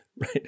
right